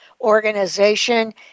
organization